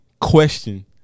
Question